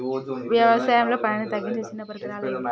వ్యవసాయంలో పనిని తగ్గించే చిన్న పరికరాలు ఏవి?